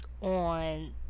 on